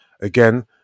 again